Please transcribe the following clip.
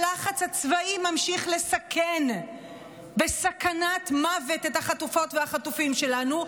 הלחץ הצבאי ממשיך לסכן בסכנת מוות את החטופות והחטופים שלנו,